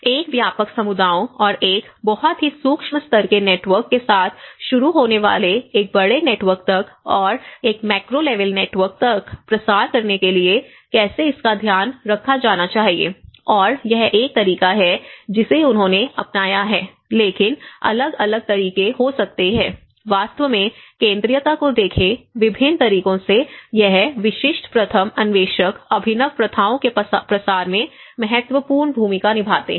एक व्यापक समुदायों और एक बहुत ही सूक्ष्म स्तर के नेटवर्क से शुरू होने वाले एक बड़े नेटवर्क तक और एक मैक्रो लेवल नेटवर्क तक प्रसार करने के लिए कैसे इसका ध्यान रखा जाना चाहिए और यह एक तरीका है जिसे उन्होंने अपनाया है लेकिन अलग अलग तरीके हो सकते हैं वास्तव में केंद्रीयता को देखें विभिन्न तरीकों से यह विशिष्ट प्रथम अन्वेषक अभिनव प्रथाओं के प्रसार में महत्वपूर्ण भूमिका निभाते हैं